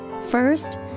First